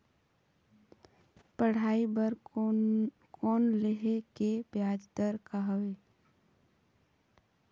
पढ़ाई बर लोन लेहे के ब्याज दर का हवे?